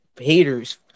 haters